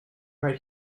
right